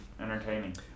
entertaining